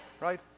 Right